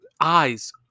eyes